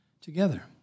Together